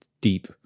deep